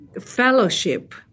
fellowship